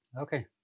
Okay